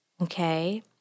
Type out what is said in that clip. Okay